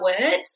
words